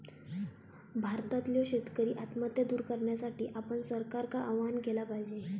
भारतातल्यो शेतकरी आत्महत्या दूर करण्यासाठी आपण सरकारका आवाहन केला पाहिजे